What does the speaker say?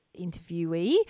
interviewee